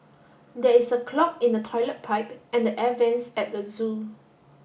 there is a clog in the toilet pipe and the air vents at the zoo